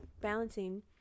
balancing